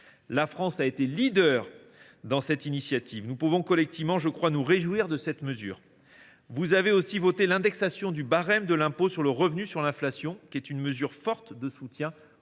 La France a été leader dans cette initiative. Nous pouvons collectivement nous réjouir de cette mesure. Vous avez aussi voté l’indexation du barème de l’impôt sur le revenu sur l’inflation, qui est une mesure forte de soutien